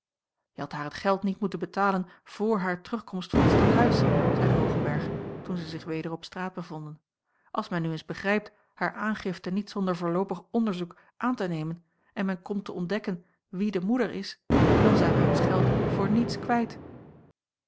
je hadt haar het geld niet moeten betalen voor haar terugkomst van t stadhuis zeide hoogenberg toen zij zich weder op straat bevonden als men nu eens begrijpt haar aangifte niet zonder voorloopig onderzoek aan te nemen en men komt te ontdekken wie de moeder is dan zijn wij ons geld voor niets kwijt